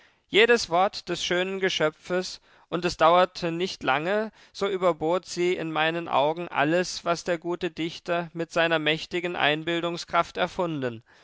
jedes wort des schönen geschöpfes und es dauerte nicht lange so überbot sie in meinen augen alles was der gute dichter mit seiner mächtigen einbildungskraft erfunden